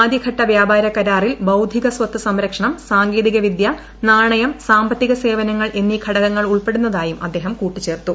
ആദ്യഘട്ട വ്യാപാരക്കരാറിൽ ബൌദ്ധിക സ്വത്ത് സംരക്ഷണം സാങ്കേതികവിദ്യ നാണയം സാമ്പത്തിക സേവനങ്ങൾ എന്നീ ഘടകങ്ങൾ ഉൾപ്പെടുന്നതായും അദ്ദേഹം കൂട്ടിച്ചേർത്തു